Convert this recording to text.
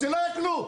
שלא יהיה כלום.